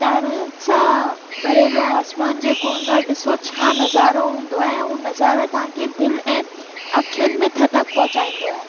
तारनि सां भरियलु आसमान जेको हूंदो आहे ॾिसो छा नज़ारो हूंदो आहे ऐं हू नज़ारा तव्हांखे दिलि ऐं अखियुनि में थधिकार पहुचाईंदो आहे